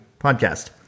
podcast